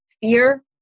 fear